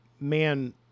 man